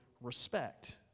respect